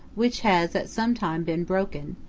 which has at some time been broken,